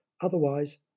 otherwise